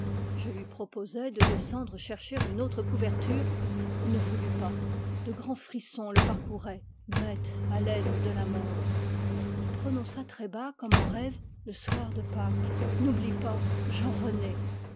je lui proposai de descendre chercher une autre couverture il ne voulut pas de grands frissons le parcouraient muettes haleines de la mort il prononça très bas comme en rêve le soir de pâques n'oublie pas jean rené